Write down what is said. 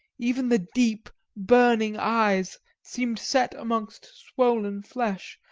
even the deep, burning eyes seemed set amongst swollen flesh,